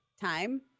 Time